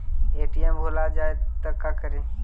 ATM भुला जाये त का करि?